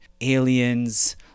aliens